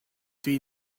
dri